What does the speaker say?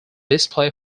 display